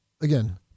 Again